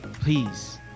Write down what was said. please